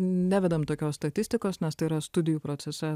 nevedam tokios statistikos nes tai yra studijų procese